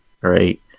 right